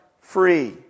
free